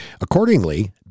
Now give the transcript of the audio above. Accordingly